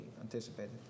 anticipated